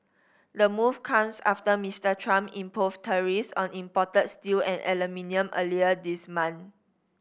the move comes after Mister Trump imposed tariffs on imported steel and aluminium earlier this month